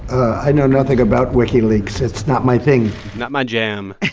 i know nothing about wikileaks. it's not my thing not my jam